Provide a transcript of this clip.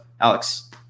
Alex